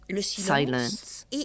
silence